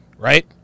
Right